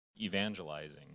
evangelizing